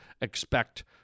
expect